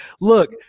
Look